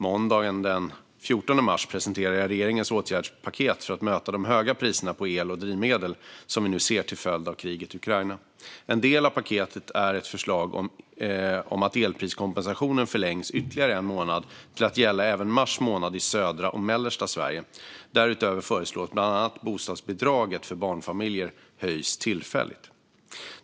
Måndagen den 14 mars presenterade jag regeringens åtgärdspaket för att möta de höga priserna på el och drivmedel som vi nu ser till följd av kriget i Ukraina. En del av paketet är ett förslag om att elpriskompensationen förlängs ytterligare en månad till att gälla även i mars månad i södra och mellersta Sverige. Därutöver föreslås bland annat att bostadsbidraget för barnfamiljer höjs tillfälligt.